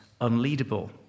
unleadable